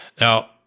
Now